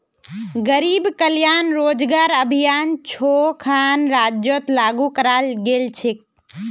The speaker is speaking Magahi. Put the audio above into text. गरीब कल्याण रोजगार अभियान छो खन राज्यत लागू कराल गेल छेक